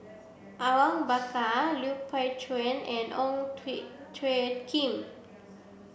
Awang Bakar Lui Pao Chuen and Ong Tjoe Kim